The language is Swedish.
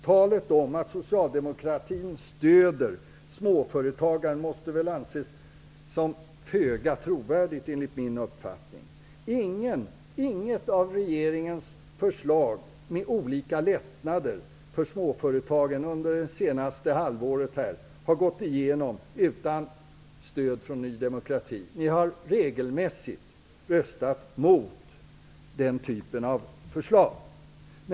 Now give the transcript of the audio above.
Talet om att socialdemokratin stöder småföretagaren måste anses vara föga trovärdigt enligt min uppfattning. Inget av regeringens förslag till olika lättnader för småföretagen under det senaste halvåret har gått igenom utan stöd från Ny demokrati. Ni har regelmässigt röstat mot den typen av förslag.